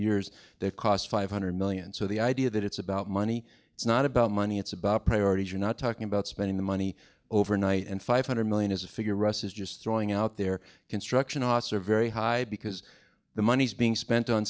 years that cost five hundred million so the idea that it's about money it's not about money it's about priorities you're not talking about spending the money overnight and five hundred million is a figure russ is just throwing out there construction costs are very high because the money's being spent on